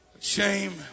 Shame